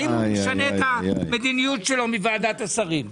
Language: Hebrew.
האם משנה את המדיניות שלו מוועדת השרים.